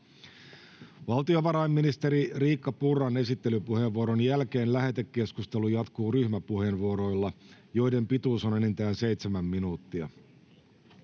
Valtiovarainministeri Riikka Purran esittelypuheenvuoron jälkeen lähetekeskustelu jatkuu ryhmäpuheenvuoroilla, joiden pituus on enintään seitsemän minuuttia.